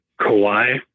Kawhi